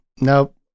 nope